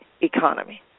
economy